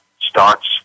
starts